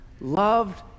loved